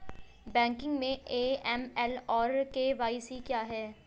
Banking में AML और KYC क्या हैं?